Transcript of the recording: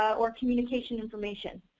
or communication information